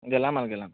গেলামাল গেলাম